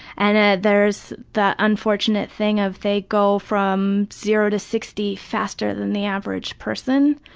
and there's the unfortunate thing of they go from zero to sixty faster than the average person.